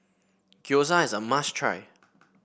Gyoza is a must try